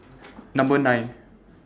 Number nine